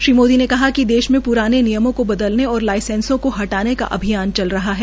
श्री मोदी ने कहा कि देश में प्राने नियमों को बदलने और लाइसेंसो को हटाने का अभियान चल रहा है